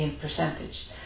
percentage